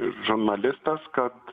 žurnalistas kad